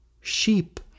sheep